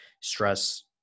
stress